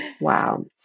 wow